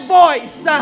voice